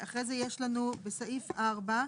אחרי זה יש לנו בסעיף 4,